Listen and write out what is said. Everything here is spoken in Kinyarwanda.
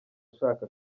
ashaka